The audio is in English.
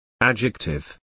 Adjective